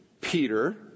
Peter